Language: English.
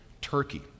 Turkey